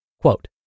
Quote